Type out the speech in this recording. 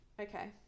Okay